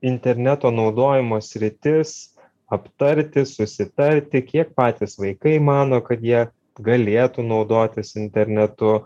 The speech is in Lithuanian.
interneto naudojimo sritis aptarti susitarti kiek patys vaikai mano kad jie galėtų naudotis internetu